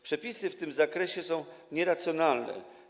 Przepisy w tym zakresie są nieracjonalne.